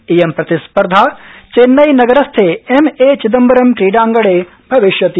इयं प्रतिस्पर्द्धा चेन्नईनगरस्थे एमए चिदम्बरम् क्रीडांगणे भविष्यति